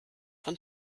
von